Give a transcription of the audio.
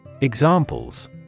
Examples